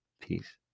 Peace